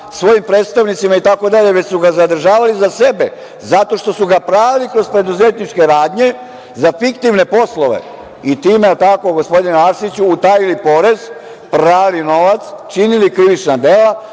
svojim predstavnicima itd. već su ga zadržavali za sebe zato što su ga prali kroz preduzetničke radnje za fiktivne poslove i time, jel tako gospodine Arsiću, utajili porez, prali novac, činili krivična dela,